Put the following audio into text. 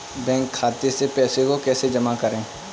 Bank खाते से पैसे को कैसे जमा करें?